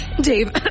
Dave